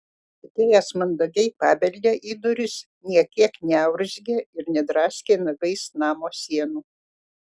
atėjęs mandagiai pabeldė į duris nė kiek neurzgė ir nedraskė nagais namo sienų